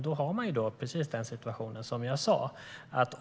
Då har vi alltså precis den situation jag talade om.